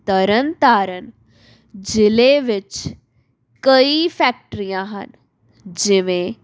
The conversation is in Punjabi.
ਤਰਨ ਤਾਰਨ ਜ਼ਿਲ੍ਹੇ ਵਿੱਚ ਕਈ ਫੈਕਟਰੀਆਂ ਹਨ ਜਿਵੇਂ